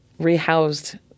rehoused